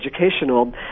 educational